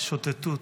שוטטות?